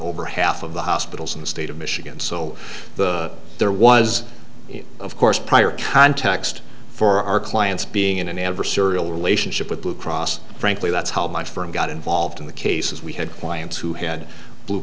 over half of the hospitals in the state of michigan so the there was of course prior context for our clients being in an adversarial relationship with blue cross frankly that's how my firm got involved in the cases we had clients who had blue